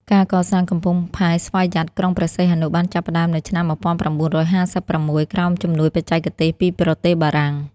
ការកសាងកំពង់ផែស្វយ័តក្រុងព្រះសីហនុបានចាប់ផ្តើមនៅឆ្នាំ ១៩៥៦ ក្រោមជំនួយបច្ចេកទេសពីប្រទេសបារាំង។